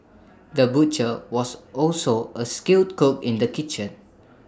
the butcher was also A skilled cook in the kitchen